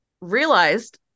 realized